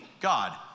God